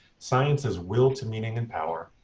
science as will to meaning and power,